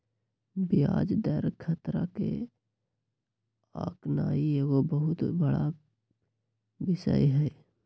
ब्याज दर खतरा के आकनाइ एगो बहुत बड़का विषय हइ